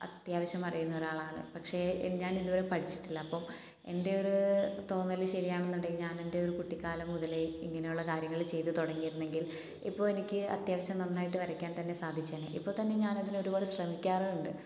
അത്യാവശ്യം അറിയുന്ന ഒരാളാണ് പക്ഷേ ഞാനിതുവരെ പഠിച്ചിട്ടില്ല അപ്പോൾ എൻ്റെ ഒരു തോന്നൽ ശരിയാണെന്നുണ്ടെങ്കിൽ ഞാൻ എൻ്റെ ഒരു കുട്ടിക്കാലം മുതലെ ഇങ്ങനെയുള്ള കാര്യങ്ങൾ ചെയ്ത് തുടങ്ങിയിരുന്നെങ്കിൽ ഇപ്പോൾ എനിക്ക് അത്യാവശ്യം നന്നായിട്ട് വരയ്ക്കാൻ തന്നെ സാധിച്ചേനെ ഇപ്പോൾത്തന്നെ ഞാൻ അതിന് ഒരുപാട് ശ്രമിക്കാറുണ്ട്